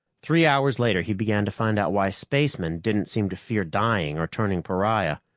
three hours later he began to find out why spacemen didn't seem to fear dying or turning pariah.